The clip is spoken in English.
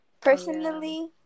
Personally